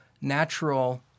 natural